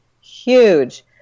huge